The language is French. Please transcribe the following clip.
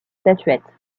statuettes